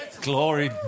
Glory